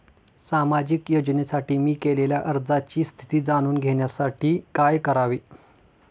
सामाजिक योजनेसाठी मी केलेल्या अर्जाची स्थिती जाणून घेण्यासाठी काय करावे?